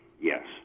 yes